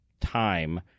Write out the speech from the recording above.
time